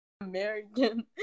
American